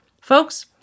Folks